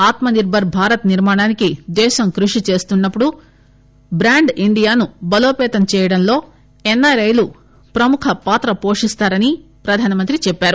ఆత్మనిర్బర్ భారత్ నిర్మాణానికి దేశం కృషి చేస్తున్నప్పుడు ట్రాండ్ ఇండియాను బలోపతం చేయడంలో ఎన్నారైలు ప్రముఖ పాత్ర పోషిస్తారని ప్రధానమంత్రి చెప్పారు